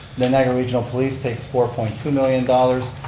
the niagara regional police takes four point two million dollars.